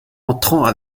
entrant